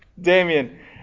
Damien